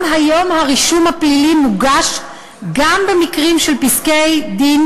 גם היום הרישום הפלילי מוגש גם במקרים של פסקי-דין